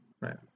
Right